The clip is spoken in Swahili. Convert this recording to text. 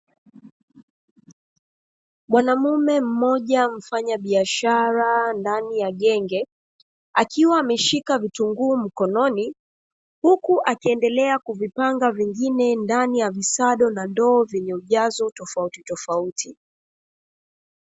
Mwanamume mmoja mfanyabiashara ndani ya genge, akiwa ameshika vitunguu mkononi, huku akiendelea kuvipanga vingine ndani ya visado na ndo zenye ujazo tofautitofauti.